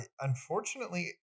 Unfortunately